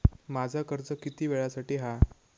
माझा कर्ज किती वेळासाठी हा?